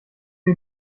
wir